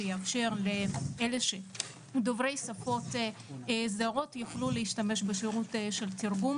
שיאפשר לאלה שדוברי שפות זרות יוכלו להשתמש בשירות של תרגום,